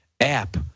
app